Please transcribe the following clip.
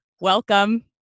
Welcome